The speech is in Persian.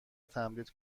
تمدید